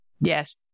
Yes